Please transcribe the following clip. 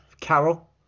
Carol